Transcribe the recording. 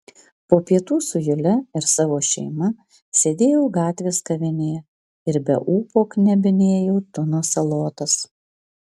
po pietų su jule ir savo šeima sėdėjau gatvės kavinėje ir be ūpo knebinėjau tuno salotas